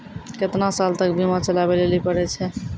केतना साल तक बीमा चलाबै लेली पड़ै छै?